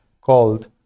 called